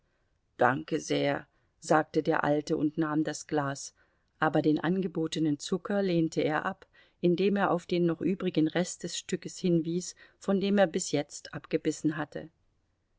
danke sehr sagte der alte und nahm das glas aber den angebotenen zucker lehnte er ab indem er auf den noch übrigen rest des stückes hinwies von dem er bis jetzt abgebissen hatte